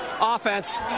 Offense